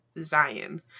Zion